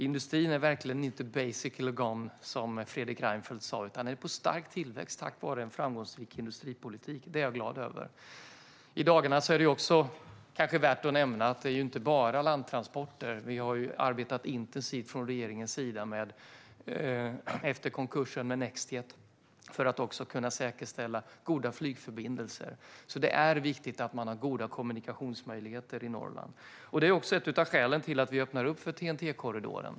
Industrin är verkligen inte basically gone som Fredrik Reinfeldt sa, utan den är på stark tillväxt tack vare en framgångsrik industripolitik. Det är jag glad över. I dagarna är det kanske också värt att nämna att det inte bara handlar om landtransporter. Vi har arbetat intensivt från regeringens sida efter konkursen i Nextjet för att kunna säkerställa goda flygförbindelser. Det är viktigt att man har goda kommunikationsmöjligheter i Norrland. Det är också ett av skälen att vi öppnar upp för TEN-T-korridoren.